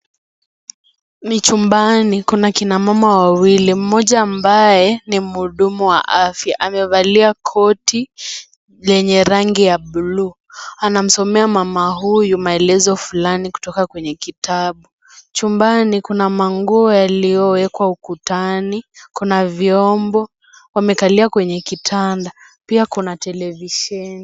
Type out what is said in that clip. Ni chumbani kuna kina mama wawili mmoja ambaye ni muhudumu wa afya. Amevalia koti lenye rangi ya bluu anamsomea mama huyo maelezo fulani kutoka kwenye kitabu chumbani kuna manguo yaliyo wekwa ukutani kuna vyombo wamekalia kwenye kitanda pia kuna televiseni.